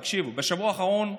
תקשיב, בשבוע האחרון,